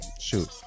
shoot